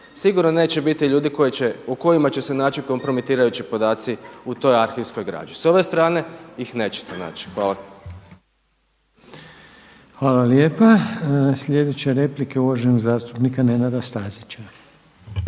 sigurno neće biti ljudi koji će, u kojima će se naći kompromitirajući podaci u toj arhivskoj građi. S ove strane ih nećete naći. Hvala. **Reiner, Željko (HDZ)** Hvala lijepa. Sljedeća replika je uvaženog zastupnika Nenada Stazića.